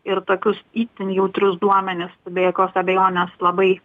ir tokius itin jautrius duomenis be jokios abejonės labai